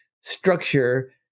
structure